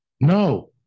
No